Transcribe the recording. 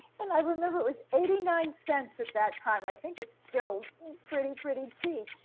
and i remember it was eighty nine cents at that time, i think it's still pretty, pretty cheap.